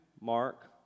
Mark